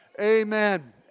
Amen